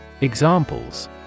Examples